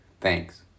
Thanks